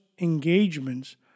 engagements